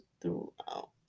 throughout